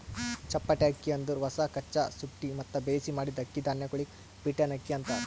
ಚಪ್ಪಟೆ ಅಕ್ಕಿ ಅಂದುರ್ ಹೊಸ, ಕಚ್ಚಾ, ಸುಟ್ಟಿ ಮತ್ತ ಬೇಯಿಸಿ ಮಾಡಿದ್ದ ಅಕ್ಕಿ ಧಾನ್ಯಗೊಳಿಗ್ ಬೀಟನ್ ಅಕ್ಕಿ ಅಂತಾರ್